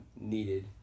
needed